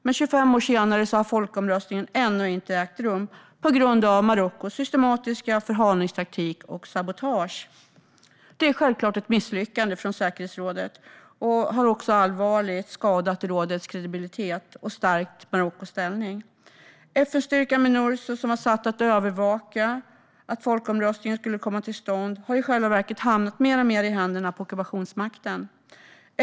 Men 25 år senare har folkomröstningen ännu inte ägt rum, detta på grund av Marockos systematiska förhalningstaktik och sabotage. Det är självklart ett misslyckande för säkerhetsrådet och har också allvarligt skadat rådets kredibilitet och stärkt Marockos ställning. FN-styrkan Minurso, som var satt att övervaka att folkomröstningen skulle komma till stånd, har i själva verket hamnat mer och mer i händerna på ockupationsmakten.